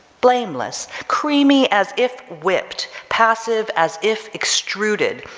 blameless, creamy, as if whipped, passive as if extruded,